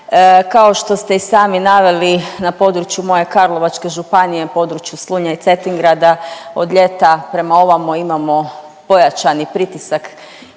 Kao što ste i sami naveli na području moje Karlovačke županije, na području Slunja i Cetingrada od ljeta prema ovamo imamo pojačani pritisak